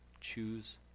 Choose